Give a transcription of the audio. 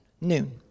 noon